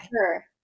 Sure